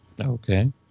Okay